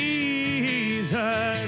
Jesus